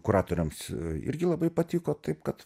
kuratoriams irgi labai patiko taip kad